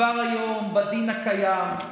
כבר היום, בדין הקיים,